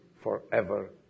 forever